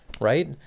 right